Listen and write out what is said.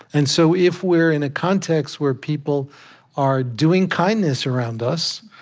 and so if we're in a context where people are doing kindness around us,